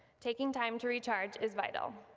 taking time to recharge is vital.